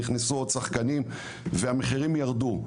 נכנסו עוד שחקנים והמחירים ירדו.